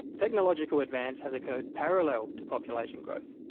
technological advance has occurred parallel to population growth,